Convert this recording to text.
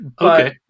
Okay